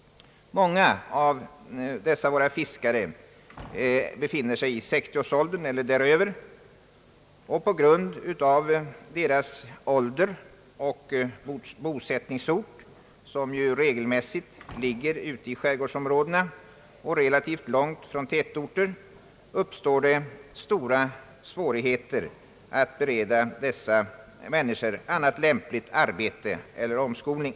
Många av dessa fiskare befinner sig i 60-årsåldern eller däröver. På grund av deras ålder och bosättningsort, som ju regelmässigt ligger ute i skärgårdsområdet och relativt långt från tätorter, uppstår stora svårigheter att bereda dessa människor annat lämpligt arbete eller omskolning.